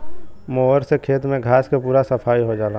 mower से खेत में घास के पूरा सफाई हो जाला